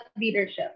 leadership